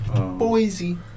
Boise